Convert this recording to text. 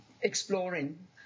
exploring